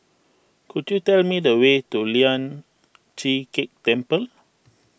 could you tell me the way to Lian Chee Kek Temple